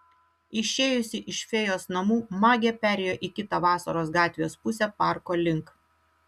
išėjusi iš fėjos namų magė perėjo į kitą vasaros gatvės pusę parko link